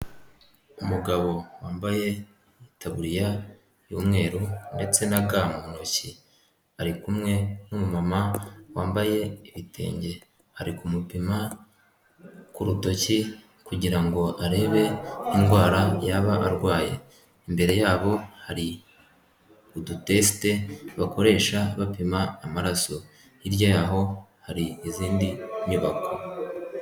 Umugabo wambaye itaburiya y'umweru ndetse na ga mu ntoki, ari kumwe n'umumama wambaye ibitenge ari kumupima ku rutoki kugira ngo arebe indwara yaba arwaye, imbere yabo hari udutesite bakoresha bapima amaraso, hirya yaho hari izindi nyubako.